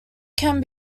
can